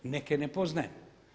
Neke ne poznajem.